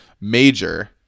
Major